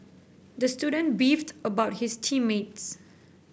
the student beefed about his team mates